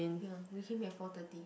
ya we came here at four thirty